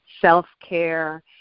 self-care